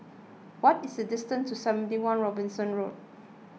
what is the distance to seventy one Robinson Road